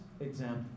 example